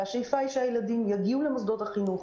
השאיפה היא שהילדים יגיעו למוסדות החינוך.